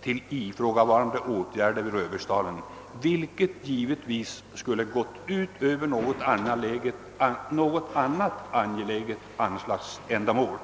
till ifrågavarande åtgärder vid Röbäcksdalen, vilket givetvis skulle ha gått ut över anslag till något annat angeläget ändamål.